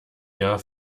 jahr